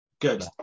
Good